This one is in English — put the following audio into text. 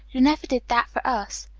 you never did that for us.